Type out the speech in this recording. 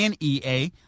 NEA